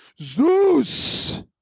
Zeus